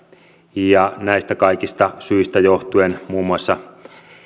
ja näistä kaikista syistä johtuen muun muassa